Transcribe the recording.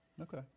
okay